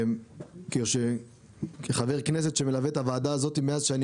כמי שמלווה את הוועדה הזאת מאז שאני